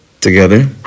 together